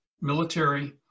military